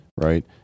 right